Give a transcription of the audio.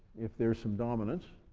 if there's some dominance.